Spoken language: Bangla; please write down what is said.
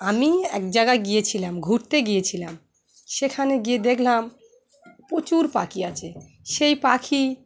আমি এক জায়গায় গিয়েছিলাম ঘুরতে গিয়েছিলাম সেখানে গিয়ে দেখলাম প্রচুর পাখি আছে সেই পাখি